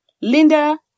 Linda